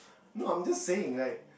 no I'm just saying like